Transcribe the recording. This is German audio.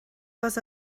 was